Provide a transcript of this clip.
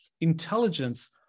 intelligence